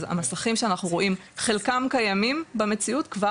אז המסכים שאנחנו רואים חלקם קיימים במציאות כבר,